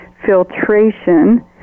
filtration